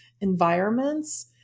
environments